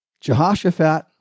Jehoshaphat